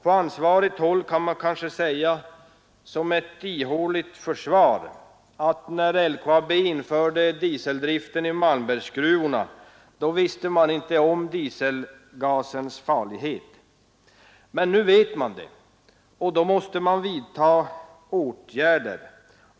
På ansvarigt håll kan man kanske säga — som ett ihåligt försvar — att när LKAB införde dieseldriften i Malmbergsgruvorna visste man inte om dieselgasens farlighet. Men nu vet man det och då måste man vidta åtgärder.